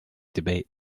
debate